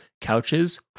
couches